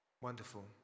Wonderful